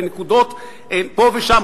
בנקודות פה ושם,